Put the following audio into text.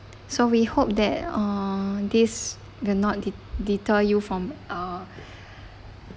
so we hope that uh this will not deter you from uh